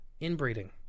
Inbreeding